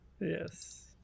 Yes